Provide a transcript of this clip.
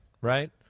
right